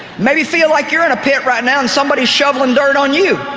maybe feel like you're in a pit right now and somebody's shoveling dirt on you.